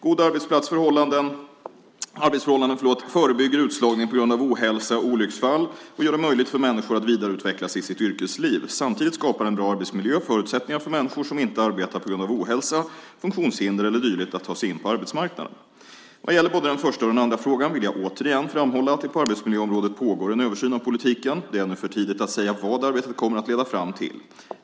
Goda arbetsförhållanden förebygger utslagning på grund av ohälsa och olycksfall och gör det möjligt för människor att vidareutvecklas i sitt yrkesliv. Samtidigt skapar en bra arbetsmiljö förutsättningar för människor som inte arbetar på grund av ohälsa, funktionshinder eller dylikt att ta sig in på arbetsmarknaden. Vad gäller både den första och den andra frågan vill jag återigen framhålla att det på arbetsmiljöområdet pågår en översyn av politiken. Det är ännu för tidigt att säga vad arbetet kommer att leda fram till.